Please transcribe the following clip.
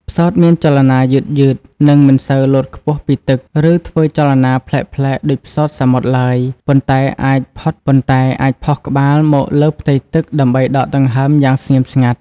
ផ្សោតមានចលនាយឺតៗ និងមិនសូវលោតខ្ពស់ពីទឹក ឬធ្វើចលនាប្លែកៗដូចផ្សោតសមុទ្រឡើយ ប៉ុន្តែអាចផុសក្បាលមកលើផ្ទៃទឹកដើម្បីដកដង្ហើមយ៉ាងស្ងៀមស្ងាត់។